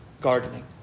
Gardening